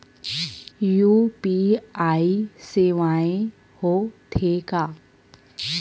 UPI सेवाएं हो थे का?